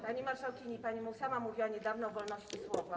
Pani marszałkini, pani sama mówiła niedawno o wolności słowa.